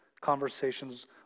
conversations